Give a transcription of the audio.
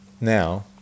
Now